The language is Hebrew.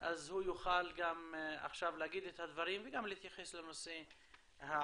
אז הוא יוכל עכשיו להגיד את הדברים וגם להתייחס לנושא העכשווי.